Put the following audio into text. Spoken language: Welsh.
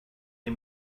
neu